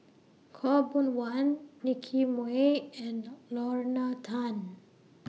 Khaw Boon Wan Nicky Moey and Lorna Tan